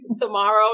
Tomorrow